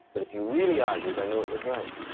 but if you really argued i knew it was right.